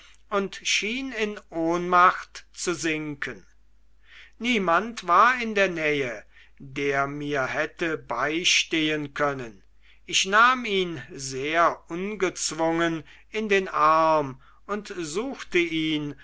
und schien in ohnmacht zu sinken niemand war in der nähe der mir hätte beistehen können ich nahm ihn sehr ungezwungen in den arm und suchte ihn